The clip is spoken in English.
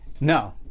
No